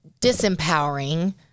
disempowering